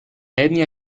etnia